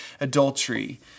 adultery